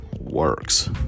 works